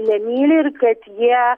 nemyli ir kad jie